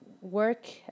work